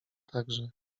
także